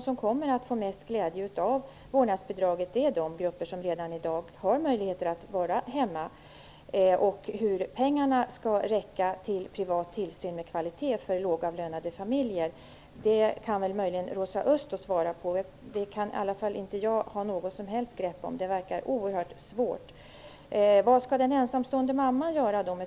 som kommer att få mest glädje av vårdnadsbidraget. Det är de grupper som redan i dag har möjligheter att vara hemma. Hur pengarna skall räcka till privat tillsyn med kvalitet för lågavlönade familjer kan möjligen Rosa Östh svara på. Det kan i alla fall inte jag ha något som helst grepp om. Det verkar oerhört svårt.